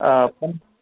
آ